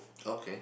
okay